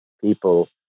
people